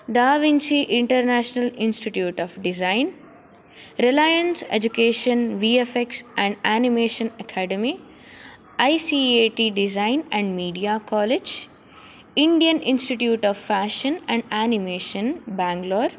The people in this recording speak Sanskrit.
da Vinci international institute of design Reliance education V F X and animation academy I C A T design and media college Indian institute of fashion and animation Bangalore